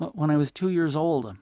when i was two years old, and